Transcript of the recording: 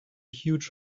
huge